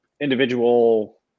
individual